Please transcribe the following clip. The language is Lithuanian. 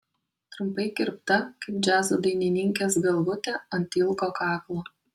trumpai kirpta kaip džiazo dainininkės galvutė ant ilgo kaklo